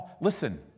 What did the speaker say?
Listen